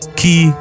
key